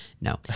No